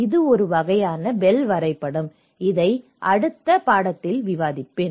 இது ஒரு வகையான பெல் வரைபடம் இதை அடுத்த பாடத்தில் விவாதிப்பேன்